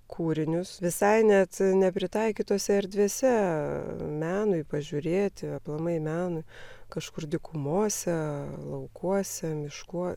kūrinius visai net nepritaikytose erdvėse menui pažiūrėti aplamai menu kažkur dykumose laukuose miškuo